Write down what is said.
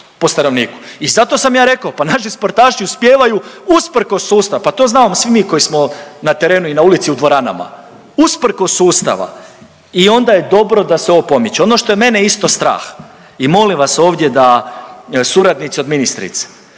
i zato sam ja rekao pa naši sportaši uspijevaju usprkos sustavu, pa to znamo svi mi koji smo na terenu i na ulici i u dvoranama, usprkos sustava i onda je dobro da se ovo pomiče. Ono što je mene isto strah i molim vas ovdje da suradnici od ministrice